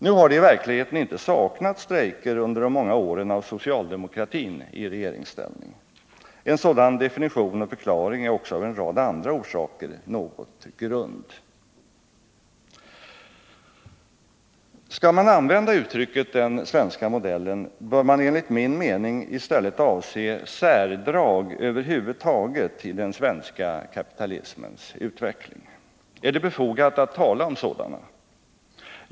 Nu har det i verkligheten inte saknats strejker under de många åren av socialdemokratin i regeringsställning. En sådan definition och förklaring är också av en rad andra orsaker något grund. Skall man använda uttrycket ”den svenska modellen” bör man enligt min mening i stället avse särdrag över huvud taget i den svenska kapitalismens utveckling. Är det befogat att tala om sådana?